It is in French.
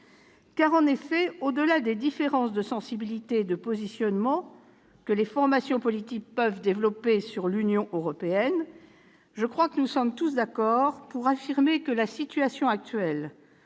commun. Au-delà des différences de sensibilités et de positionnements que les formations politiques peuvent présenter au sujet de l'Union européenne, je crois que nous sommes tous d'accord pour affirmer que la situation actuelle